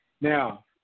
now